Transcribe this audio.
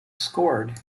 scored